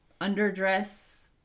underdress